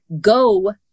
go